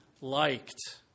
liked